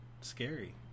scary